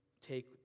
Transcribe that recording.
take